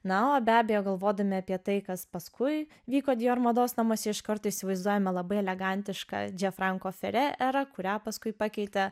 na o be abejo galvodami apie tai kas paskui vyko dior mados namuose iškart įsivaizduojame labai elegantišką dže franko fere erą kurią paskui pakeitė